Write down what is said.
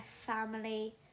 family